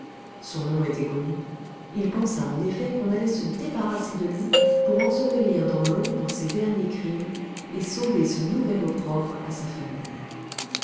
son nom était connu il pensa en effet qu'on allait se débarrasser de lui pour ensevelir dans l'ombre ses derniers crimes et sauver ce nouvel opprobre à sa famille